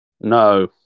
No